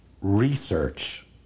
research